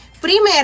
primero